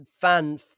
fan